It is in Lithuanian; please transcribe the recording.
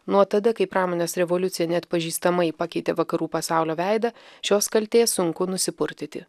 nuo tada kai pramonės revoliucija neatpažįstamai pakeitė vakarų pasaulio veidą šios kaltė sunku nusipurtyti